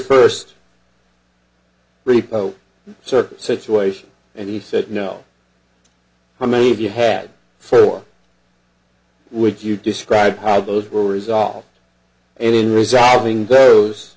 first reply sort of situation and he said no how many of you had four would you describe how those were resolved and in resolving those